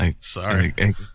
sorry